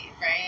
right